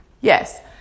yes